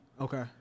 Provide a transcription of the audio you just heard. Okay